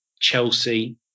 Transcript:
Chelsea